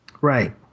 Right